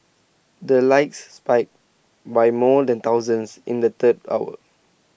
the likes spiked by more than thousands in the third hour